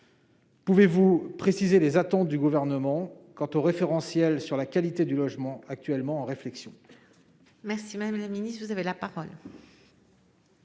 pouvez-vous préciser les attentes du Gouvernement quant au référentiel sur la qualité du logement en cours d'étude ?